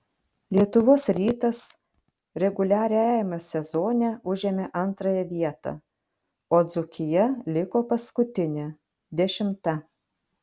lietuvos rytas reguliariajame sezone užėmė antrąją vietą o dzūkija liko paskutinė dešimta